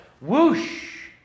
whoosh